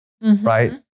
right